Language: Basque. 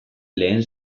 lehen